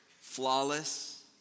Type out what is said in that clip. flawless